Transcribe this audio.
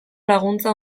laguntza